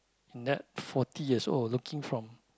that forty years old looking from